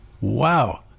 Wow